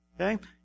Okay